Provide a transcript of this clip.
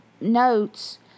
notes